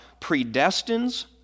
predestines